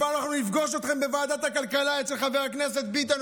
אבל אנחנו נפגוש אתכם בוועדת הכלכלה אצל חבר הכנסת ביטן,